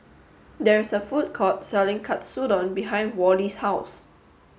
there is a food court selling Katsudon behind Worley's house